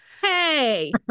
Hey